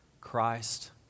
Christ